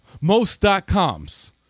most.coms